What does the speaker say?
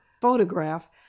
photograph